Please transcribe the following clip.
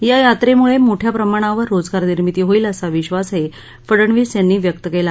या यात्रेमुळे मोठ्या प्रमाणावर रोजगार निर्मिती होईल असा विश्वासही फडनवीस यांनी व्यक्त केला